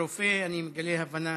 כרופא, אני מגלה הבנה